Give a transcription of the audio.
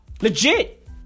Legit